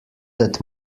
that